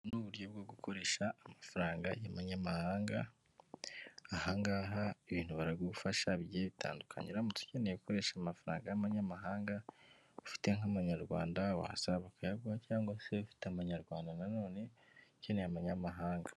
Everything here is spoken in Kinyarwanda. Ubu ni uburyo bwo gukoresha amafaranga y'umuyamahanga, aha ngaha ibintu baragufasha bigiye bitandu uramutse ukeneye gukoresha amafaranga y'abanyamahanga ufite nk'amanyarwanda wahasaba bakayaguha cyangwa se ufite amanyarwanda nanone ukeneye amanyamahanga.